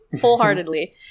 wholeheartedly